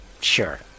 sure